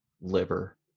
liver